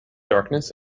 darkness